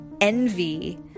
envy